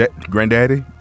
Granddaddy